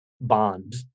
bond